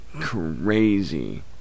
crazy